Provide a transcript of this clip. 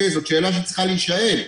זאת שאלה שצריכה להישאל.